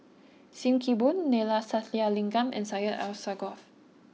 Sim Kee Boon Neila Sathyalingam and Syed Alsagoff